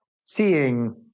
seeing